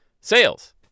sales